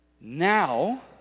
now